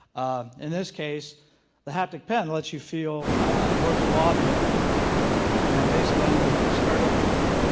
in this case the haptic pen let's you feel a virtual object and basically i'm going to start up a little